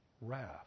wrath